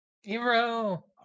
Hero